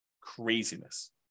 Craziness